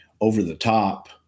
over-the-top